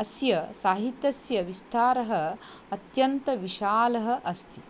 अस्य साहित्यस्य विस्तारः अत्यन्तं विशालः अस्ति